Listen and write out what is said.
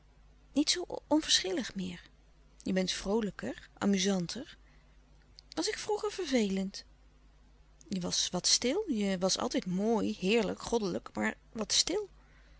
niet zoo onverschillig meer je bent vroolijker amuzanter was ik vroeger vervelend je was wat stil je was altijd mooi heerlijk goddelijk maar wat stil